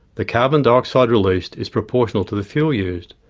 the carbon dioxide released is proportional to the fuel used.